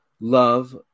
love